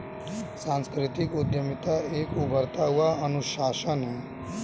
सांस्कृतिक उद्यमिता एक उभरता हुआ अनुशासन है